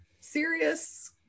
serious